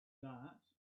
that